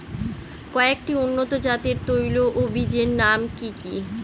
কয়েকটি উন্নত জাতের তৈল ও বীজের নাম কি কি?